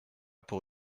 pour